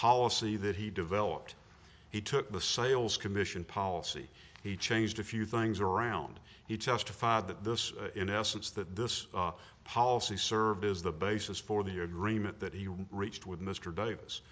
policy that he developed he took the sales commission policy he changed a few things around he testified that this in essence that this policy served as the basis for the agreement that he reached with mr davis